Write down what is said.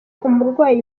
umurwayi